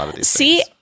See